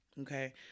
Okay